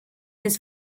his